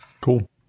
Cool